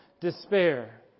despair